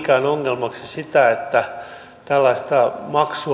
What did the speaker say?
niinkään ongelmaksi sitä että tällaista maksua aletaan ulkomaalaisilta opiskelijoilta periä